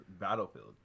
Battlefield